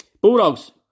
Bulldogs